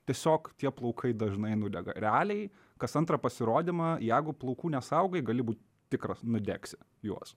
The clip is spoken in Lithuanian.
tiesiog tie plaukai dažnai nudega realiai kas antrą pasirodymą jeigu plaukų nesaugai gali būt tikras nudegsi juos